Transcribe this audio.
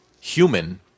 human